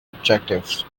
objectives